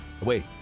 Wait